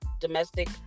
domestic